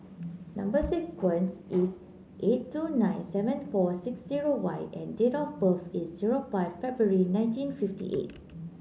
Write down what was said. number sequence is S eight two nine seven four six zero Y and date of birth is zero five February nineteen fifty eight